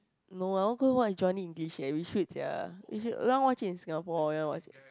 no I want go watch Johnny-English eh we should sia we should don't want watch in Singapore you want watch it